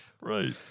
Right